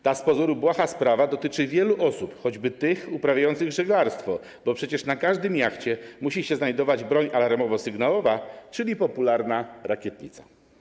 Ta z pozoru błaha sprawa dotyczy wielu osób, choćby tych uprawiających żeglarstwo, bo przecież na każdym jachcie musi się znajdować broń alarmowo-sygnałowa, czyli popularna rakietnica.